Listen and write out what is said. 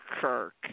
Kirk